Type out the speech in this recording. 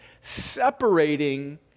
separating